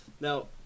Now